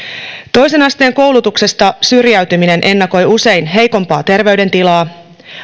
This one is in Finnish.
toisen asteen koulutuksesta syrjäytyminen ennakoi usein heikompaa terveydentilaa